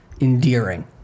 endearing